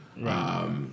Right